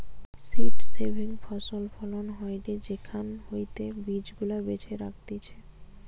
seed saving ফসল ফলন হয়টে সেখান হইতে বীজ গুলা বেছে রাখতিছে